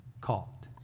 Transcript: caught